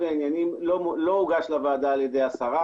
העניינים לא הוגש לוועדה על ידי השרה,